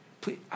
please